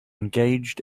engaged